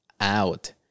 out